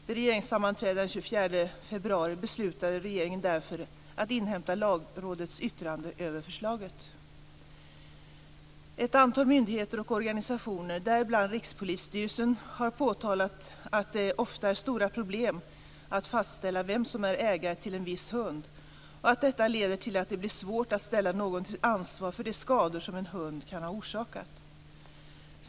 Vid regeringssammanträdet den 24 februari beslutade regeringen därför att inhämta Lagrådets yttrande över förslaget. Ett antal myndigheter och organisationer, däribland Rikspolisstyrelsen, har påtalat att det ofta är stora problem att fastställa vem som är ägare till en viss hund och att detta leder till att det blir svårt att ställa någon till ansvar för de skador som en hund kan ha orsakat.